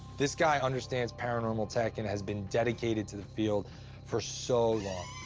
this guy understands paranormal tech and has been dedicated to the field for so long.